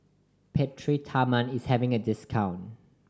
Peptamen is having a discount